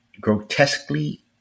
grotesquely